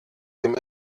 dem